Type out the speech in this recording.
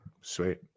sweet